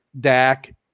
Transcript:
Dak